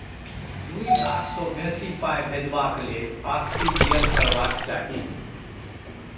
दु लाख सँ बेसी पाइ भेजबाक लेल आर.टी.जी एस करबाक चाही